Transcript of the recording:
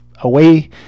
away